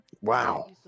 wow